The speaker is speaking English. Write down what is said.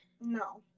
No